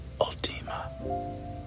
Ultima